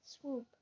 swoop